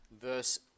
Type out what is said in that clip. verse